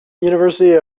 university